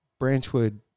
Branchwood